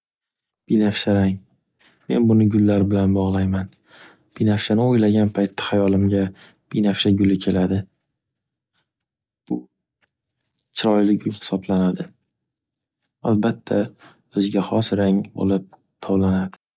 Binafsha rang. Men buni gullar bilan bog‘layman. Binafshani o‘ylagan paytda hayolimga binafsha guli keladi. Bu chiroyli gul hisoplanadi. Albatta o‘ziga hos rang bo‘lib tovlanadi.